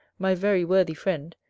my very worthy friend,